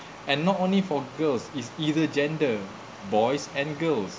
and not only for girls is either gender boys and girls